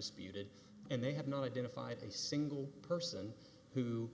speeded and they have not identified a single person who